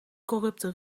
corrupte